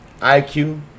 IQ